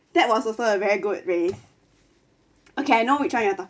that was also a very good race okay I know which [one] you are talking